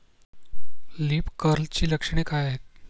Leaf कर्लची लक्षणे काय आहेत?